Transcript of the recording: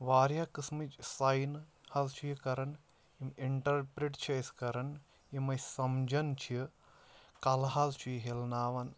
واریاہ قٕسمٕچ ساینہٕ حظ چھُ یہِ کَران یِم اِنٹَرپِرٛٹ چھِ أسۍ کَران یِم أسۍ سَمجھان چھِ کَلہٕ حظ چھُ یہِ ہِلناوان